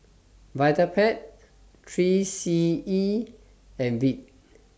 Vitapet three C E and Veet